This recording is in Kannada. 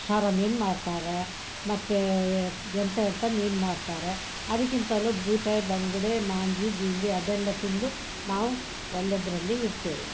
ಸಾರು ಮೀನು ಮಾಡ್ತಾರೆ ಮತ್ತು ಎಂತ ಎಂತ ಮೀನು ಮಾಡ್ತಾರೆ ಅದಕ್ಕಿಂತಲೂ ಬೂತಾಯಿ ಬಂಗುಡೆ ಮಾಂಜಿ ಗಿಂಜಿ ಅದೆಲ್ಲ ತಿಂದು ನಾವು ಒಳ್ಳೆದರಲ್ಲಿ ಇರ್ತೇವೆ